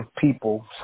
people